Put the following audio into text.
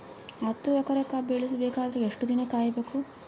ಹತ್ತು ಎಕರೆ ಕಬ್ಬ ಇಳಿಸ ಬೇಕಾದರ ಎಷ್ಟು ದಿನ ಕಾಯಿ ಬೇಕು?